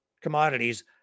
commodities